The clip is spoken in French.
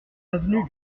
avenue